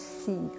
see